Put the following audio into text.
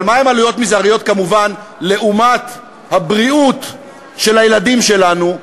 אבל מה הן עלויות מזעריות כמובן לעומת הבריאות של הילדים שלנו,